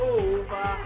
over